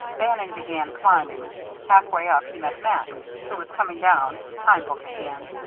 bannon began climbing halfway up he met max, who was coming down, time book in hand.